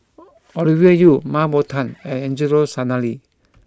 Ovidia Yu Mah Bow Tan and Angelo Sanelli